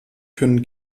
können